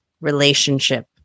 relationship